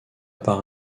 par